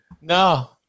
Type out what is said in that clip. No